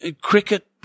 cricket